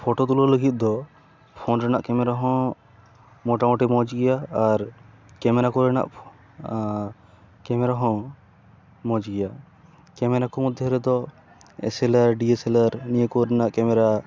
photo ᱛᱩᱞᱟᱹᱣ ᱞᱟᱹᱜᱤᱫ ᱫᱚ ᱯᱷᱳᱱ ᱨᱮᱱᱟᱜ ᱠᱮᱢᱮᱨᱟᱦᱚᱸ ᱢᱚᱴᱟᱢᱩᱴᱤ ᱢᱚᱡᱽ ᱜᱮᱭᱟ ᱟᱨ ᱠᱮᱢᱮᱨᱟ ᱠᱚᱨᱮᱱᱟᱜ ᱠᱮᱢᱮᱨᱟᱦᱚᱸ ᱢᱚᱡᱽ ᱜᱮᱭᱟ ᱠᱮᱢᱮᱨᱟᱠᱚ ᱢᱚᱫᱽᱫᱷᱮ ᱨᱮᱫᱚ S L R D S L R ᱱᱤᱭᱟᱹ ᱠᱚᱨᱮᱱᱟᱜ ᱠᱮᱢᱮᱨᱟ